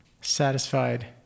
satisfied